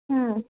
हं